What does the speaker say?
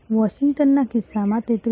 વોશિંગ્ટનના કિસ્સામાં 33